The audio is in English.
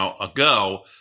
ago